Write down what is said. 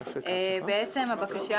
בעצם, הבקשה